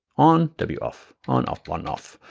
on, w, off, on, off, on, off,